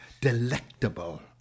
delectable